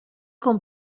com